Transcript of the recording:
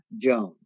Jones